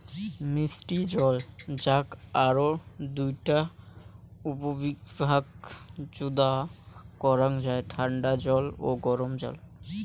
মিষ্টি জল যাক আরও দুইটা উপবিভাগত যুদা করাং যাই ঠান্ডা জল ও গরম জল